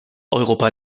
europa